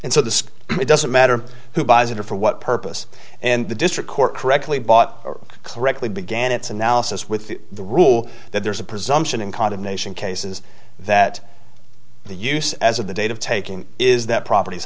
and so the it doesn't matter who buys it or for what purpose and the district court correctly bought correctly began its analysis with the rule that there's a presumption in condemnation cases that the use as of the date of taking is that propert